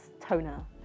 toner